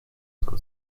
zwei